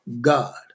God